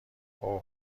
اوه